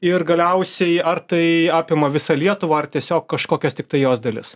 ir galiausiai ar tai apima visą lietuvą ar tiesiog kažkokias tiktai jos dalis